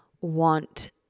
want